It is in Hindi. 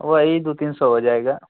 वही दो तीन सौ हो जाएगा